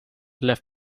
left